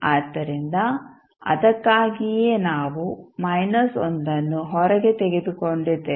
ಆದ್ದರಿಂದ ಅದಕ್ಕಾಗಿಯೇ ನಾವು 1 ಅನ್ನು ಹೊರಗೆ ತೆಗೆದುಕೊಂಡಿದ್ದೇವೆ